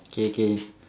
K K